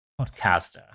podcaster